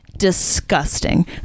Disgusting